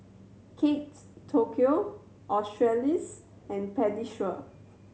Kate Tokyo Australis and Pediasure